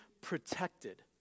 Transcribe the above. protected